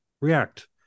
react